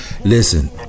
Listen